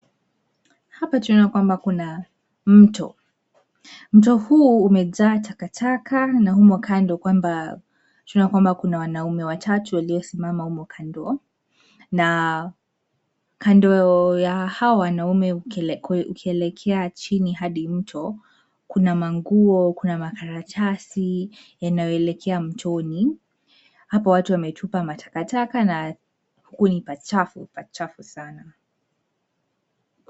Hapa tunaona ya kwamba kuna, mto, mto huu umejaa takataka na humo kando kwamba, tunaona kwamba kuna wanaume watatu waliosimama humo kando, na, kando ya hao wanaume ukielekea chini hadi mto, kuna manguo, kuna makaratasi, yanayoelekea mtoni, hapo watu wametupa matakataka na, huku ni pachafu, pachafu sana.